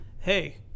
hey